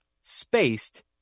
Spaced